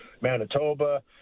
Manitoba